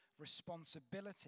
responsibility